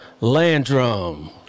Landrum